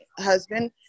husband